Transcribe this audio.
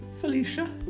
Felicia